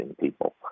people